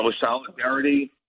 solidarity